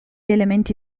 elementi